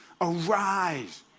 arise